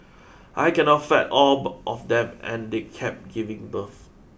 I cannot feed all of them and they keep giving birth